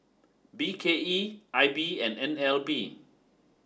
B K E I B and N L B